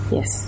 Yes